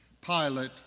Pilate